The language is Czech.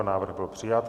Návrh byl přijat.